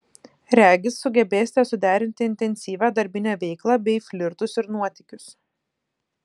regis sugebėsite suderinti intensyvią darbinę veiklą bei flirtus ir nuotykius